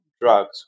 Drugs